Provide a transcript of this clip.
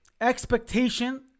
expectation